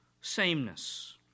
sameness